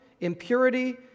impurity